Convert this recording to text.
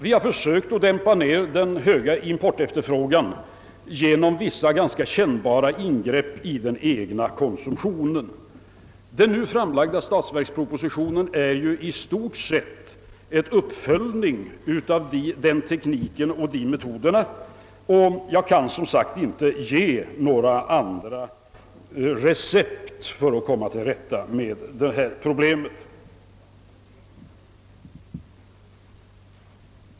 Vi har försökt att dämpa ner den höga importefterfrågan genom vissa ganska kännbara ingrepp i den egna konsumtionen. Den nu framlagda statsverkspropositionen är ju i stort sett en uppföljning av den tekniken och de metoderna, och jag kan som sagt inte ge några andra recept för att komma till rätta med detta problem.